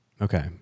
Okay